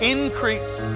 Increase